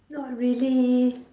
not really